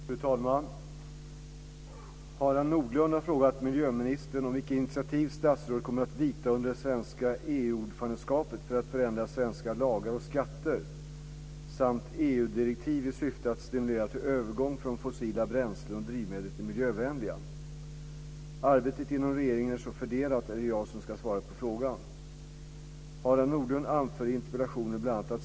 Fru talman! Harald Nordlund har frågat miljöministern om vilka initiativ statsrådet kommer att vidta under det svenska EU-ordförandeskapet för att förändra svenska lagar och skatter samt EU-direktiv i syfte att stimulera till övergång från fossila bränslen och drivmedel till miljövänliga. Arbetet inom regeringen är så fördelat att det är jag som ska svara på frågan.